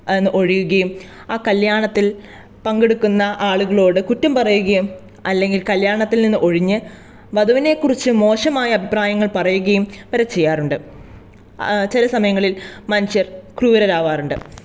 അതിൽ നിന്ന് ഒഴിയുകയും ആ കല്യാണത്തിൽ പങ്കെടുക്കുന്ന ആളുകളോട് കുറ്റം പറയുകയും അല്ലെങ്കിൽ കല്യാണത്തിൽ നിന്ന് ഒഴിഞ്ഞ് വധുവിനെ കുറിച്ച് മോശമായ അഭിപ്രായങ്ങൾ പറയുകയും വരെ ചെയ്യാറുണ്ട് ചില സമയങ്ങളിൽ മനുഷ്യർ ക്രൂരരാകാറുണ്ട്